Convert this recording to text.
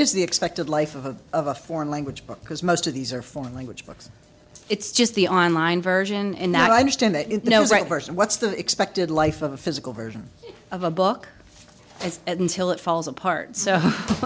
is the expected life of a of a foreign language book because most of these are foreign language books it's just the online version in that i understand that right person what's the expected life of a physical version of a book until it falls apart so